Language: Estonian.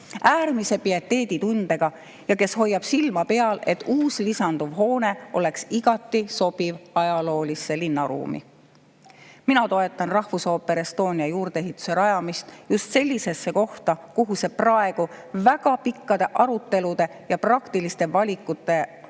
äärmise pieteeditundega ning kes hoiab silma peal, et uus, lisanduv hoone oleks igati sobiv ajaloolisse linnaruumi. Mina toetan Rahvusooper Estonia juurdeehituse rajamist just sellesse kohta, kuhu see praegu väga pikkade arutelude ja praktiliste valikute